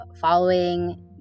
following